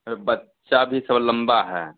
अरे बच्चा भी सब लंबा है